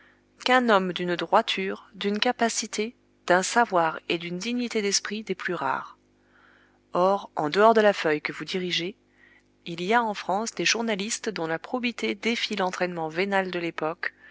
qu'un homme d'une droiture d'une capacité d'un savoir et d'une dignité d'esprit des plus rares or en dehors de la feuille que vous dirigez il y a en france des journalistes dont la probité défie l'entraînement vénal de l'époque